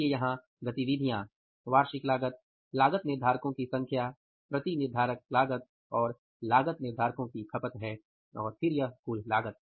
इसलिए यहां गतिविधियां वार्षिक लागत लागत निर्धारकों की संख्या प्रति निर्धारक लागत और लागत निर्धारकों की खपत है और फिर यह कुल लागत